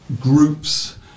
groups